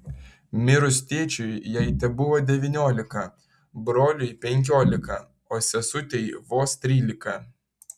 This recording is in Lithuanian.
mirus tėčiui jai tebuvo devyniolika broliui penkiolika o sesutei vos trylika